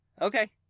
Okay